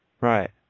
Right